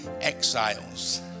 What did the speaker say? exiles